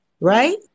Right